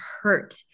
hurt